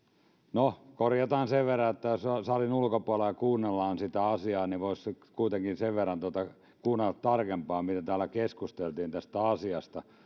no korjataan sen verran että jos salin ulkopuolella kuunnellaan sitä asiaa niin voisi kuitenkin sen verran kuunnella tarkempaan mitä täällä keskusteltiin tästä asiasta